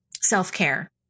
self-care